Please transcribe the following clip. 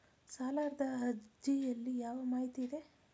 ಸಾಲದ ಅರ್ಜಿಯಲ್ಲಿ ಯಾವ ಮಾಹಿತಿ ಇದೆ?